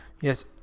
Yes